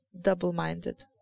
double-minded